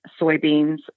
soybeans